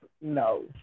No